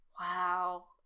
Wow